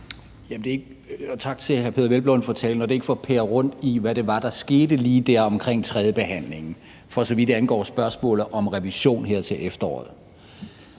Tak til hr. Peder Hvelplund for talen. Det er ikke for at pære rundt i, hvad det lige var, der skete omkring tredjebehandlingen, for så vidt angår spørgsmålet om revision her til efteråret.